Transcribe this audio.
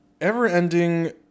ever-ending